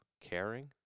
caring